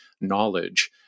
knowledge